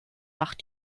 nach